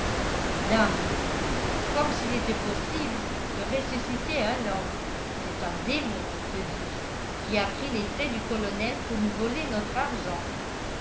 dame comme s'il était possible de ressusciter un homme c'est un démon te dis-je qui a pris les traits du colonel pour nous voler notre argent